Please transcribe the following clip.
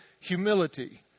humility